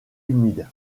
humide